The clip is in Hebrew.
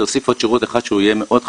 להוסיף עוד שירות אחד שיהיה מאוד חשוב,